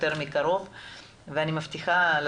זה מה שנעשה.